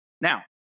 Now